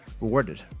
rewarded